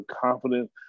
confident